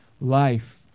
life